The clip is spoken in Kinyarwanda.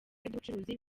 by’ubucuruzi